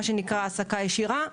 בהעסקה ישירה,